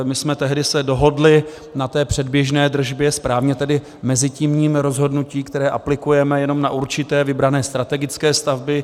My jsme tehdy se dohodli na té předběžné držbě, správně tedy mezitímním rozhodnutí, které aplikujeme jenom na určité vybrané strategické stavby.